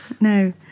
no